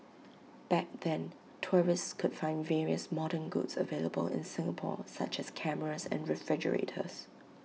back then tourists could find various modern goods available in Singapore such as cameras and refrigerators